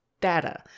data